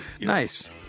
Nice